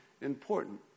important